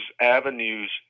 avenues